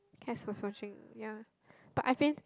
Cass was watching ya but I've been